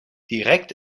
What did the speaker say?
direkt